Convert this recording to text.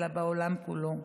אלא בעולם כולו.